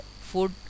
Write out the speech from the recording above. food